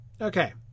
Okay